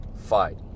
fight